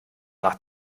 nach